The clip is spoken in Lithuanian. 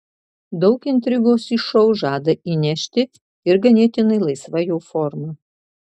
daug intrigos į šou žada įnešti ir ganėtinai laisva jo forma